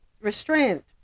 restraint